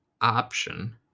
option